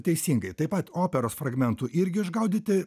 teisingai taip pat operos fragmentų irgi išgaudyti